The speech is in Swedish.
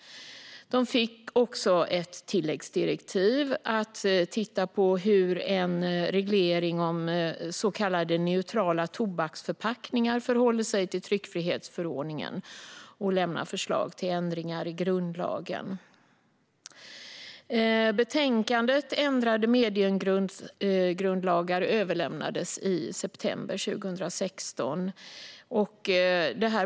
De fick också ett tilläggsdirektiv att titta på hur en reglering om så kallade neutrala tobaksförpackningar förhåller sig till tryckfrihetsförordningen och lämna förslag till ändringar i grundlagen. Kommitténs betänkande Ändrade mediegrundlagar överlämnades i september 2016.